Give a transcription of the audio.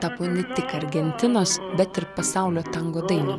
tapo ne tik argentinos bet ir pasaulio tango dainium